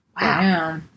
Wow